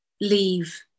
leave